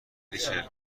ریچل